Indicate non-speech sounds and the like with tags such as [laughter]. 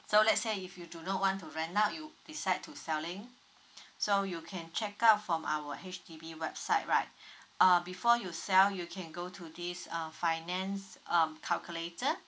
so let's say if you do not want to rent out you decide to selling so you can check out from our H_D_B website right [breath] uh before you sell you can go to this uh finance um calculator